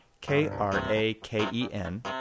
K-R-A-K-E-N